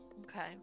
Okay